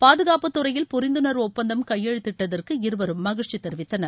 பாதுகாப்பு துறையில் புரிந்துணர்வு ஒப்பந்தம் கையெழுத்திட்டத்திற்கு இருவரும் மகிழ்ச்சி தெரிவித்தனர்